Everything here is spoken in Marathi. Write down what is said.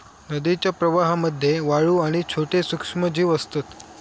नदीच्या प्रवाहामध्ये वाळू आणि छोटे सूक्ष्मजीव असतत